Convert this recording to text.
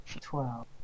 Twelve